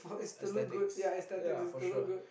aesthetics ya for sure